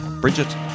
Bridget